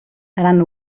seran